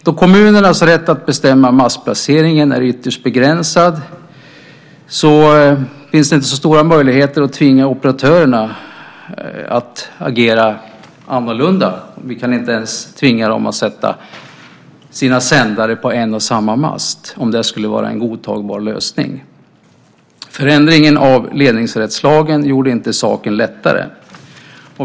Då kommunernas rätt att bestämma mastplaceringen är ytterst begränsad finns det inte så stora möjligheter att tvinga operatörerna att agera annorlunda. Vi kan inte ens tvinga dem att sätta sina sändare på en och samma mast, om det skulle vara en godtagbar lösning. Förändringen av ledningsrättslagen gjorde inte saken lättare.